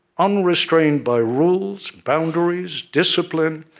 unrestrained by rules, boundaries, discipline,